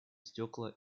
стекла